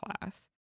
class